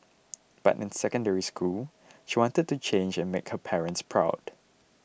but in Secondary School she wanted to change and make her parents proud